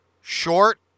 Short